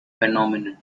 phenomenon